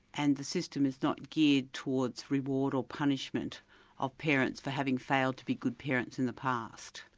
and the system is not geared towards reward or punishment of parents for having failed to be good parents in the past.